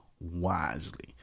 wisely